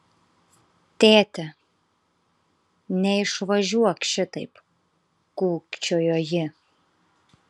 tėti neišvažiuok šitaip kūkčiojo ji